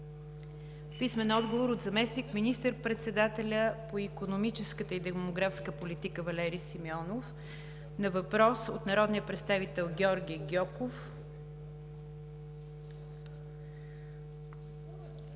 Пенчо Милков; - заместник министър-председателя по икономическата и демографската политика Валери Симеонов на въпрос от народния представител Георги Гьоков;